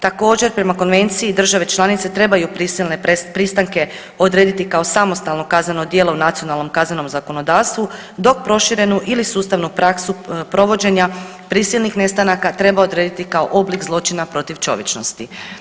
Također prema Konvenciji države članice treba prisilne pristanke odrediti kao samostalno kazneno djelo u nacionalnom kaznenom zakonodavstvu dok proširenu ili sustavnu praksu provođenja prisilnih nestanaka treba odrediti kao oblik zločina protiv čovječnosti.